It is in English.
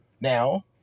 Now